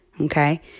okay